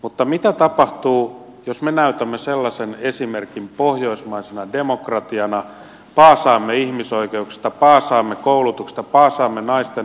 mutta mitä tapahtuu jos me näytämme sellaisen esimerkin pohjoismaisena demokratiana paasaamme ihmisoikeuksista paasaamme koulutuksesta paasaamme naisten asemasta ja sitten otamme hatkat